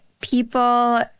people